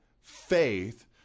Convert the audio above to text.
faith